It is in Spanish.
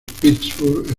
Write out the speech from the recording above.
pittsburgh